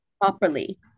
properly